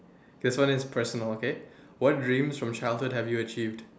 this one is personal okay what dreams from childhood have you achieved